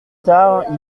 tard